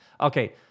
Okay